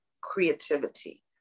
creativity